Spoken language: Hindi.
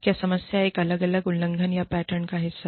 क्या समस्या एक अलग थलग उल्लंघन या एक पैटर्न का हिस्सा है